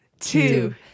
Two